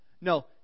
No